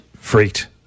freaked